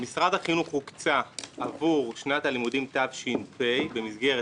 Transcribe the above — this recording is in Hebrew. במשרד החינוך הוקצה עבור שנת הלימודים תש"פ במסגרת